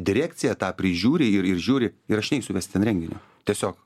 direkcija tą prižiūri ir ir žiūri ir aš neisiu vest ten renginio tiesiog